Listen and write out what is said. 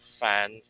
fan